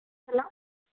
hello